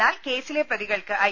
എന്നാൽ കേസിലെ പ്രതി കൾക്ക് ഐ